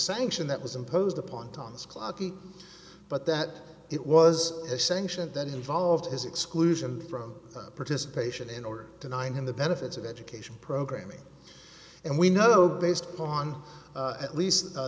sanction that was imposed upon tons clocky but that it was sanctioned that involved his exclusion from participation in order to nine in the benefits of education programming and we know based on at least